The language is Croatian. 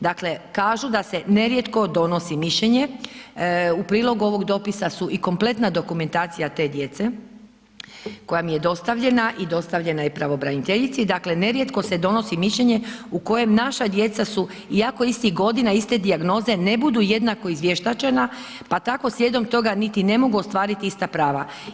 Dakle, kažu da se nerijetko donosi mišljenje u prilog ovog dopisa su i kompletna dokumentacija te djece koja mi je dostavljena i dostavljena je pravobraniteljici, dakle, nerijetko se donosi mišljenje u kojem naša djeca su, iako istih godina, iste dijagnoze, ne budu jednako izvještačena, pa tako slijedom toga niti ne mogu ostvariti ista prava.